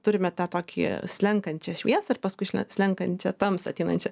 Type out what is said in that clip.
turime tą tokį slenkančią šviesą ir paskui slenkančią tamsą ateinančią